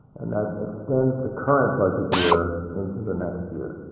and that extends the current budget year into the next year.